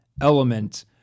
element